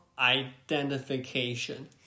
Identification